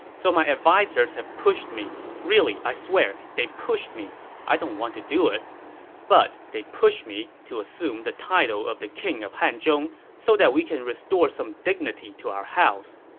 so my advisers have pushed me really, i swear, they pushed me i didn't want to do it but they pushed me to assume the title of the king of hanzhong so we can restore some dignity to our house.